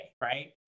right